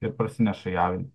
ir parsineša į avilį